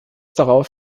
darauf